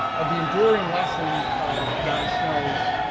of the enduring lessons of jon snow's